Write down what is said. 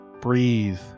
Breathe